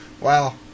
Wow